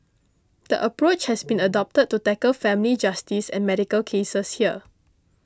the approach has been adopted to tackle family justice and medical cases here